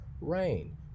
rain